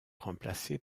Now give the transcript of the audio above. remplacée